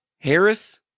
Harris